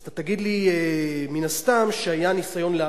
אז אתה תגיד לי, מן הסתם, שהיה ניסיון להקפאה,